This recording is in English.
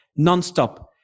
nonstop